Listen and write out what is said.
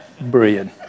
bread